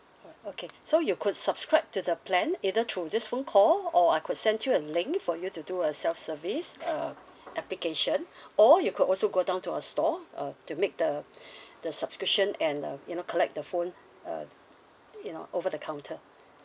oh okay so you could subscribe to the plan either through this phone call or I could send you a link for you to do a self service um application or you could also go down to our store uh to make the the subscription and uh you know collect the phone uh you know over the counter